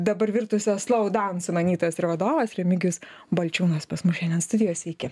dabar virtusios slowdown sumanytojas ir vadovas remigijus balčiūnas pas šiandien studijoj sveiki